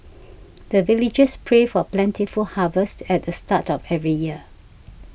the villagers pray for plentiful harvest at the start of every year